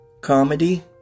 comedy